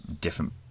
different